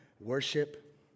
worship